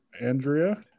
Andrea